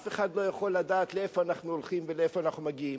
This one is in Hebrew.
אף אחד לא יכול לדעת לאיפה אנחנו הולכים ולאיפה אנחנו מגיעים.